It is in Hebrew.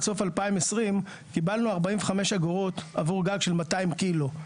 סוף 2020 קיבלנו 45 אגורות עבור גג של 200 קילו.